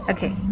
Okay